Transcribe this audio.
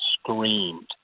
screamed